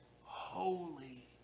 holy